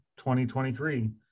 2023